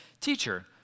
Teacher